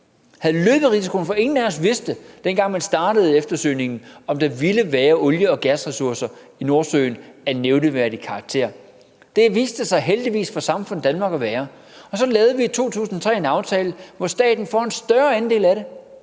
havde løbet risikoen, for ingen af os vidste, dengang man startede eftersøgningen, om der ville være olie- og gasressourcer i Nordsøen af nævneværdig karakter. Det viste der sig heldigvis for samfundet Danmark at være, og så lavede vi i 2003 en aftale, hvor staten fik en større andel af det.